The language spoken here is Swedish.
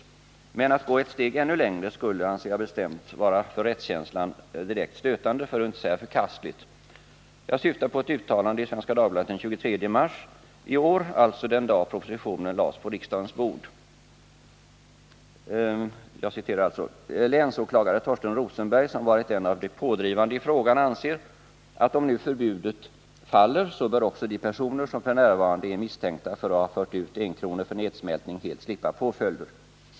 Men att gå ett steg ännu längre skulle, anser jag bestämt, vara för rättskänslan direkt stötande, för att inte säga förkastligt. Jag syftar på ett uttalande i Svenska Dagbladet den 23 mars i år, alltså den dag propositionen lades på riksdagens bord. Jag citerar: ”Länsåklagare Thorsten Rosenberg, som varit en av de pådrivande i frågan, anser att om nu förbudet faller så bör också de personer som f. n. är misstänkta för att ha fört ut enkronor för nedsmältning helt slippa påföljder.